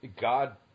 God